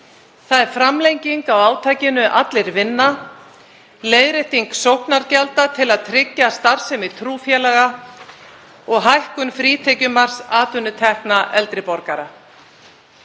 Það er framlenging á átakinu Allir vinna, leiðrétting sóknargjalda til að tryggja starfsemi trúfélaga og hækkun frítekjumarks atvinnutekna eldri borgara.